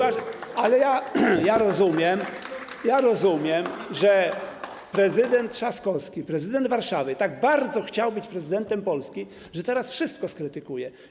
Ale ja rozumiem, że prezydent Trzaskowski, prezydent Warszawy tak bardzo chciał być prezydentem Polski, że teraz wszystko skrytykuje.